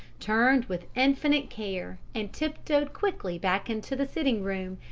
turned with infinite care, and tiptoed quickly back into the sitting-room,